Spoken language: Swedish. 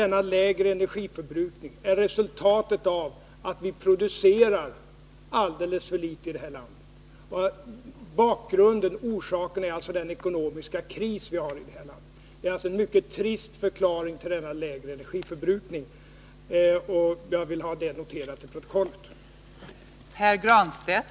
Det är givetvis riktigt, som statsministern sade, att Om Sveriges besparingsinsatser inom övrigsektorn har haft effekt. ståndpunkt till de politiska förhållandena i Östra 3§ Svar på fråga 1980/81:85 om Sveriges ståndpunkt till de politiska — Timor förhållandena i Östra Timor